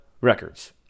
records